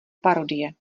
parodie